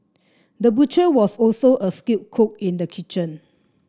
the butcher was also a skilled cook in the kitchen